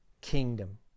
kingdom